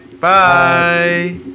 Bye